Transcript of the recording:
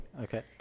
Okay